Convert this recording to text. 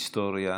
היסטוריה,